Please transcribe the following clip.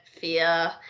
fear